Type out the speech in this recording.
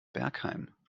bergheim